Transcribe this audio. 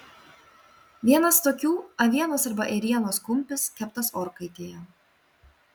vienas tokių avienos arba ėrienos kumpis keptas orkaitėje